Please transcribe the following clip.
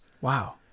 Wow